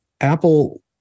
apple